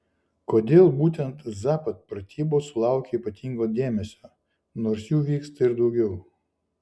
kodėl būtent zapad pratybos sulaukia ypatingo dėmesio nors jų vyksta ir daugiau